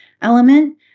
element